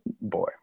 boy